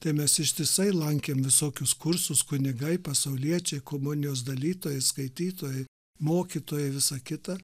tai mes ištisai lankėm visokius kursus kunigai pasauliečiai komunijos dalytojai skaitytojai mokytojai visą kitą